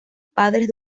padres